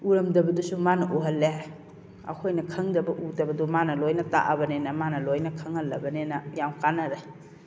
ꯎꯔꯝꯗꯕꯗꯨꯁꯨ ꯃꯥꯅ ꯎꯍꯜꯂꯦ ꯑꯩꯈꯣꯏꯅ ꯈꯪꯗꯕ ꯎꯗꯕꯗꯣ ꯃꯥꯅ ꯂꯣꯏꯅ ꯇꯥꯛꯑꯕꯅꯤꯅ ꯃꯥꯅ ꯂꯣꯏꯅ ꯈꯪꯍꯜꯂꯕꯅꯤ ꯌꯥꯝ ꯀꯥꯟꯅꯔꯦ